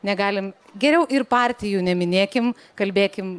negalim geriau ir partijų neminėkim kalbėkim